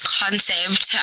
concept